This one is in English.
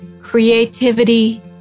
Creativity